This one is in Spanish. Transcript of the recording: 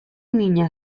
niña